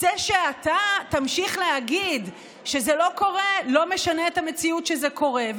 זה שאתה תמשיך להגיד שזה לא קורה לא משנה את המציאות שזה קורה.